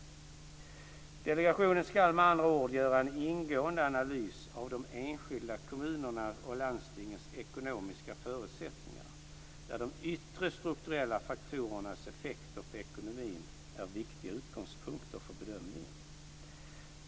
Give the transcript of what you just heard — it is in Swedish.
Delegationen ska med andra ord göra en ingående analys av enskilda kommuners och landstings ekonomiska förutsättningar, där de yttre strukturella faktorernas effekter på ekonomin är viktiga utgångspunkter för bedömningen.